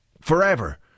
Forever